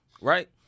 right